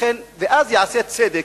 ואז ייעשה צדק,